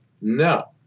No